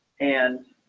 and